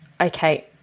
okay